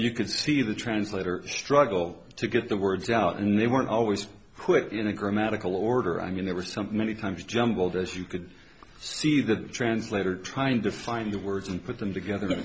you could see the translator struggle to get the words out and they weren't always put in a grammatical order i mean it was something many times jumbled as you could see the translator trying to find the words and put them together